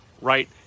right